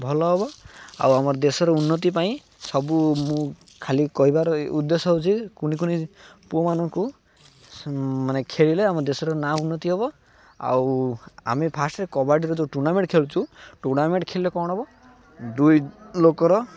ଭଲ ହବ ଆଉ ଆମ ଦେଶର ଉନ୍ନତି ପାଇଁ ସବୁ ମୁଁ ଖାଲି କହିବାର ଉଦ୍ଦେଶ୍ୟ ହେଉଛି କୁନି କୁନି ପୁଅମାନଙ୍କୁ ମାନେ ଖେଳିଲେ ଆମ ଦେଶର ନାଁ ଉନ୍ନତି ହବ ଆଉ ଆମେ ଫାଷ୍ଟ୍ରେ କବାଡ଼ିର ଯେଉଁ ଟୁର୍ଣ୍ଣାମେଣ୍ଟ୍ ଖେଳୁଛୁ ଟୁର୍ଣ୍ଣାମେଣ୍ଟ୍ ଖେଳିଲେ କ'ଣ ହବ ଦୁଇ ଲୋକର